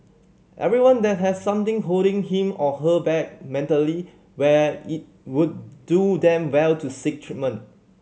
everyone that has something holding him or her back mentally where it would do them well to seek treatment